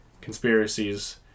conspiracies